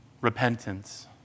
Repentance